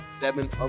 seven